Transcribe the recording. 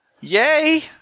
Yay